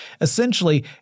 Essentially